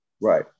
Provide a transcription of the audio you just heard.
Right